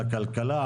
לכלכלה,